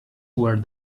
where